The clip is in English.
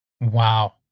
Wow